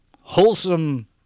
wholesome